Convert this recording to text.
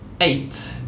eight